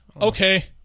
Okay